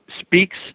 speaks